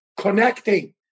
connecting